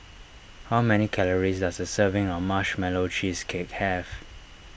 how many calories does a serving of Marshmallow Cheesecake have